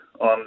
on